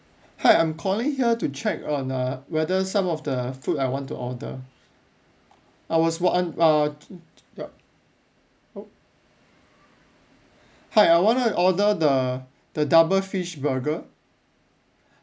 hi I'm calling here to check on uh whether some of the food I want to order I was wa~ un~ uh yup hi I want to order the the double fish burger